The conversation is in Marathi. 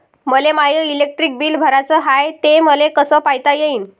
मले माय इलेक्ट्रिक बिल भराचं हाय, ते मले कस पायता येईन?